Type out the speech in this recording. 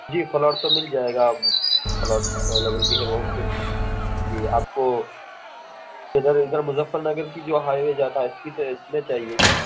جی plot تو مل جائے گا پلاٹ اویلیبل بھی ہے بہت سے جی آپ کو ادھر ادھر مظفر نگر کی جو ہائی وے جاتا ہے اس کی اس میں چاہیے کیا